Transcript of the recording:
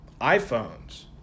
iPhones